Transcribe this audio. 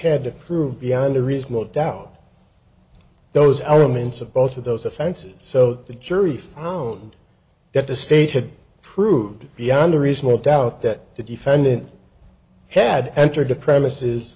had to prove beyond a reasonable doubt those elements of both of those offenses so the jury found that the state had proved beyond a reasonable doubt that the defendant had entered the premises